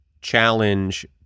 challenge